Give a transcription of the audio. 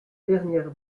dernière